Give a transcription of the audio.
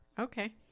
Okay